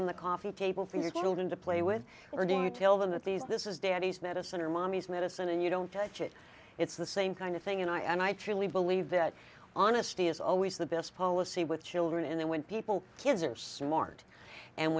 on the coffee table for your kettledrum to play with or do you tell them that these this is daddy's medicine or mommy's medicine and you don't touch it it's the same kind of thing and i and i truly believe that honesty is always the best policy with children and then when people kids are smart and